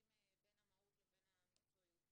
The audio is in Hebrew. מפספסים בין המהות לבין המקצועיות.